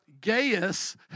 Gaius